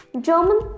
German